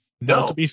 No